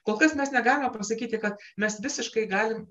kol kas mes negalime pasakyti kad mes visiškai galim